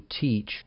teach